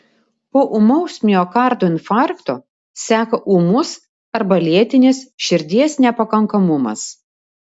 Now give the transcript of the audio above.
po ūmaus miokardo infarkto seka ūmus arba lėtinis širdies nepakankamumas